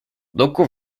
local